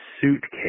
suitcase